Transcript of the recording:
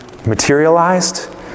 materialized